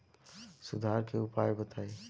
सुधार के उपाय बताई?